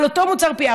על אותו מוצר,